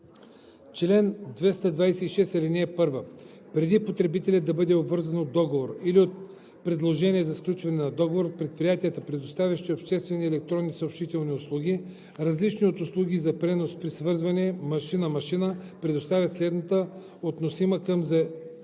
„Чл. 226. (1) Преди потребителят да бъде обвързан от договор или от предложение за сключване на договор предприятията, предоставящи обществени електронни съобщителни услуги, различни от услуги за пренос при свързване машина-машина, предоставят следната относима към заявената